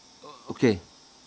okay